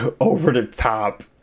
over-the-top